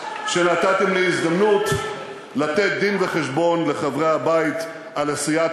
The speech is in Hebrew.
אני שמח שנתתם לי הזדמנות לתת דין-וחשבון לחברי הבית על עשיית